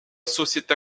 société